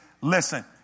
Listen